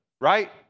Right